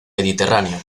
mediterráneo